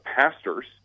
pastors